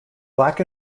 black